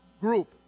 group